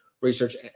Research